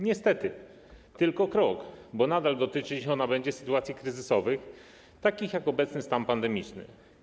Niestety tylko krok, bo nadal dotyczyć to będzie sytuacji kryzysowych takich jak obecny stan pandemiczny.